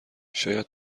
شاید